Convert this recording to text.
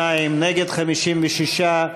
בעד, 42, נגד, 56,